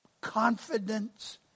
confidence